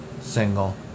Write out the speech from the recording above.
Single